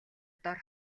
дор